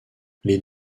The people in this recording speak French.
les